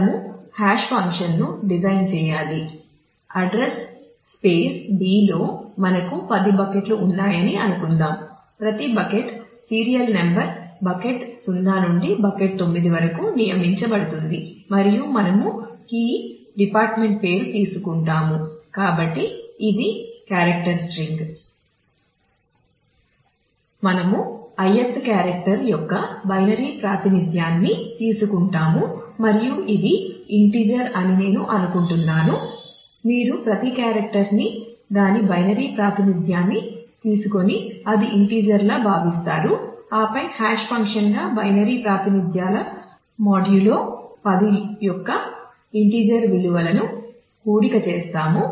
మనము ith character యొక్క binary ప్రాతినిధ్యాన్ని 10 ను చేయండి మరియు మనకు 1 అనే విలువ లభిస్తుంది